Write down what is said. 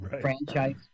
franchise